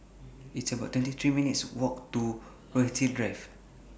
It's about twenty three minutes' Walk to Rochalie Drive